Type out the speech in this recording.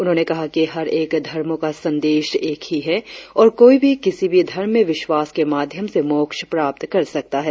उन्होंने कहा कि हर एक धर्मों का संदेश एक है और कोई भी किसी भी धर्म में विश्वास के माध्यम से मोक्ष प्राप्त कर सकता है